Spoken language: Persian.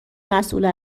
مسئول